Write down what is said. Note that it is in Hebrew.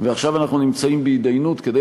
ועכשיו אנחנו נמצאים בהתדיינות כדי